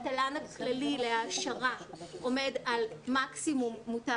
התל"ן הכללי להעשרה עומד על מקסימום מותר